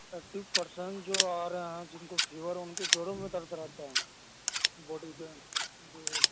eighty percent جو آ رہے ہیں جن کو فیور ہے ان کے جوڑوں میں درد رہتا ہے باڈی کے اندر جی